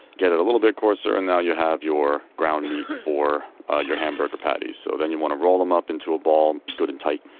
get it a little bit coarser, and then you have your ground meat for your hamburger patties. so then you want to roll them up into a ball, good and tight.